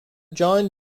john